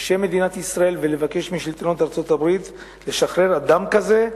בשם מדינת ישראל ולבקש משלטונות ארצות-הברית לשחרר אדם כזה,